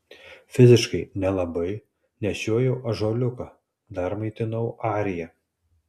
fiziškai nelabai nešiojau ąžuoliuką dar maitinau ariją